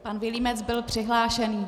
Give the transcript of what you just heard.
Pan Vilímec byl přihlášený.